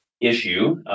issue